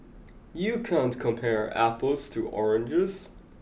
you can't compare apples to oranges